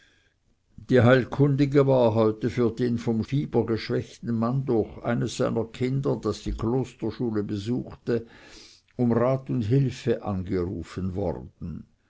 die heilkundige war heute für den vom fieber geschwächten mann durch eines seiner kinder das die klosterschule besuchte um rat und hilfe angerufen worden